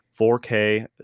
4k